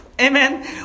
Amen